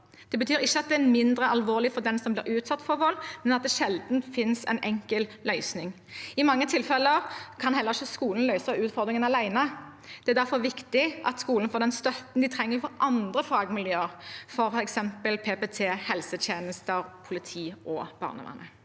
Det betyr ikke at det er mindre alvorlig for den som blir utsatt for vold, men at det sjelden finnes en enkel løsning. I mange tilfeller kan heller ikke skolen løse utfordringene alene. Det er derfor viktig at skolen får den støtten de trenger fra andre fagmiljøer, f.eks. PPT, helsetjenester, politi og barnevernet.